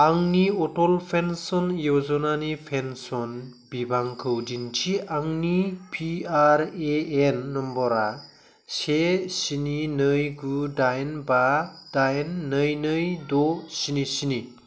आंनि अटल पेन्सन य'जनानि पेन्सन बिबांखौ दिन्थि आंनि पिआरएएन नम्बरा से स्नि नै गु दाइन बा दाइन नै नै द स्नि स्नि